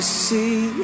see